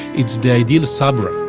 it's the ideal sabra